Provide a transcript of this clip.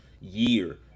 year